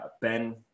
Ben